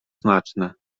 znaczne